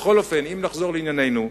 בכל אופן, אם נחזור לענייננו,